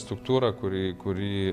struktūrą kuri kuri